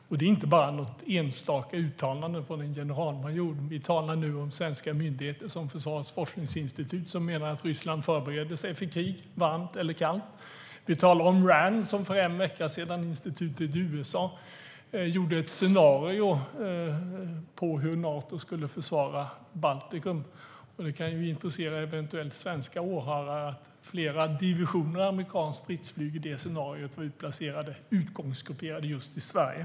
Det handlar inte om något enstaka uttalande från en generalmajor. Vi talar om svenska myndigheter, till exempel Försvarets forskningsinstitut, som menar att Ryssland förbereder sig för krig, varmt eller kallt. Vi talar om Rand, institutet i USA, som för en vecka sedan gjorde ett scenario över hur USA skulle försvara Baltikum. Det kan eventuellt intressera svenska åhörare att i det scenariot var flera divisioner amerikanskt stridsflyg utplacerade, utgångsgrupperade, just i Sverige.